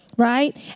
right